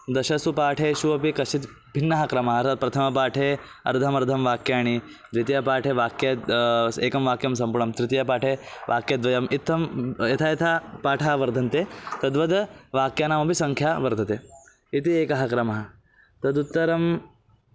दशसु पाठेषु अपि कश्चित् भिन्नः क्रमः अर्थात् प्रथमपाठे अर्धमर्धं वाक्यानि द्वितीयपाठे वाक्यं एकं वाक्यं सम्पूर्णं तृतीयपाठे वाक्यद्वयम् इत्थं यथा यथा पाठाः वर्धन्ते तद्वद् वाक्यानामपि संख्या वर्धते इति एकः क्रमः तदुत्तरं